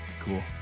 cool